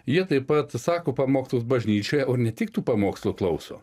jie taip pat sako pamokslus bažnyčioje o ne tik tų pamokslų klauso